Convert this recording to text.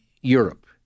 Europe